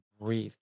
breathe